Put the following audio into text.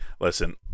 Listen